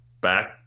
back